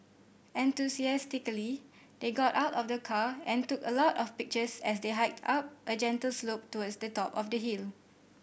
enthusiastically they got out of the car and took a lot of pictures as they hiked up a gentle slope towards the top of the hill